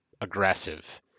aggressive